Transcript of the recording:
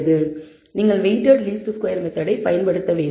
நீங்கள் weighted least square மெத்தெட்டைப் பயன்படுத்த வேண்டும்